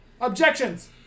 Objections